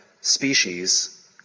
species